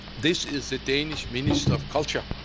this is the danish minister of culture.